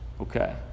Okay